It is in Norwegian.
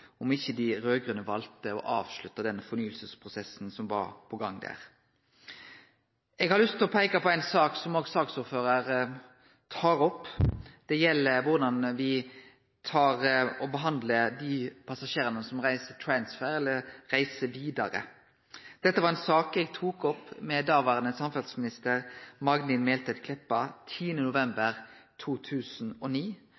om ikkje dei raud-grøne hadde valt å avslutte den fornyingsprosessen som var på gang der. Eg har lyst til å peike på ei sak som òg saksordføraren tok opp. Det gjeld korleis me behandlar dei passasjerane som reiser transfer, eller som reiser vidare. Dette var ei sak eg tok opp med